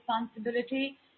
responsibility